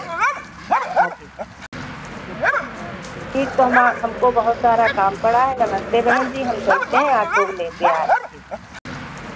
हाँ ठीक तो हमा हमको बहुत सारा काम पड़ा है नमस्ते बहन जी हम चलते हैं ऑटो लेके आ रहे हैं